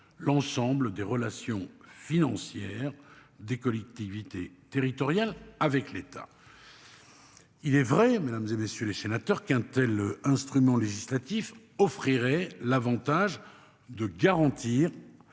l'ensemble des relations financières des collectivités territoriales, avec l'État. Il est vrai, mesdames et messieurs les sénateurs, qu'un tel instrument législatif offrirait l'Avantage de garantir